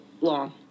long